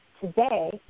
today